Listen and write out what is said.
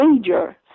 major